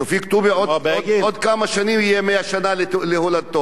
תופיק טובי, עוד כמה שנים יהיה 100 שנה להולדתו.